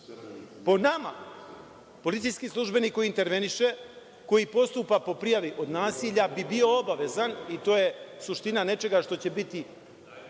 Po nama, policijski službenik koji interveniše, koji postupa po prijavi od nasilja bi bio obavezan i to je suština nečega što će biti